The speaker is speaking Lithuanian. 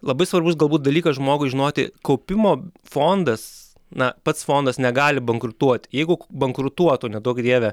labai svarbus galbūt dalykas žmogui žinoti kaupimo fondas na pats fondas negali bankrutuot jeigu bankrutuotų neduok dieve